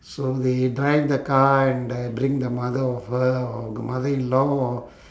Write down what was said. so they drive the car and uh bring the mother over or the mother-in-law or